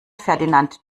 ferdinand